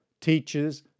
teaches